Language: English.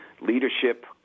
leadership